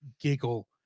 giggle